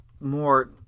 more